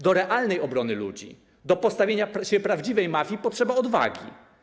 Do realnej obrony ludzi, do postawienia się prawdziwej mafii potrzeba odwagi.